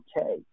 okay